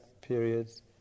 periods